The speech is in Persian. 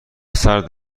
سرد